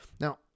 now